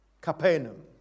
Capernaum